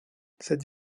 cette